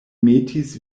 metis